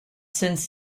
since